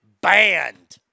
banned